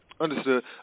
Understood